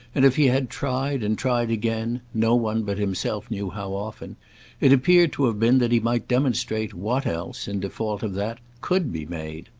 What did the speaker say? and if he had tried and tried again no one but himself knew how often it appeared to have been that he might demonstrate what else, in default of that, could be made.